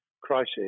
crisis